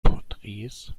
porträts